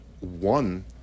one